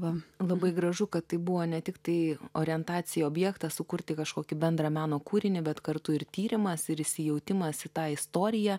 va labai gražu kad tai buvo ne tiktai orientacija objektas sukurti kažkokį bendrą meno kūrinį bet kartu ir tyrimas ir įsijautimas į tą istoriją